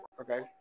okay